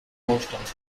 aufstand